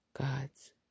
God's